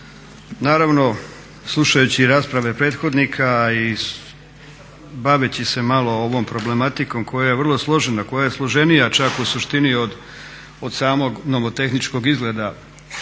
Naravno, slušajući rasprave prethodnika i baveći se malo ovom problematikom koja je vrlo složena, koja je složenija čak u suštini od samog nomotehničkog izgleda